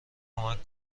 کمک